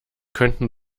könnten